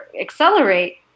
accelerate